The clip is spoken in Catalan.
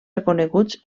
reconeguts